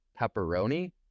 pepperoni